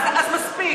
אז מספיק.